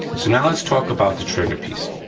so, now let's talk about the trigger piece.